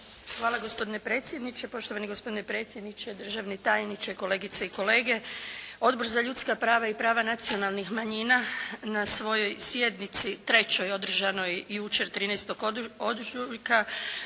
Hvala gospodine predsjedniče, poštovani gospodine predsjedniče, državni tajniče, kolegice i kolege. Odbor za ljudska prava i prava nacionalnih manjina, na svojoj sjednici, 3. održanoj jučer 13. ožujka